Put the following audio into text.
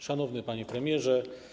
Szanowny Panie Premierze!